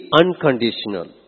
unconditional